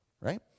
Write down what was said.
right